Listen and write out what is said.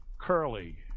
Curly